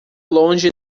longe